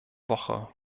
woche